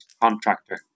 contractor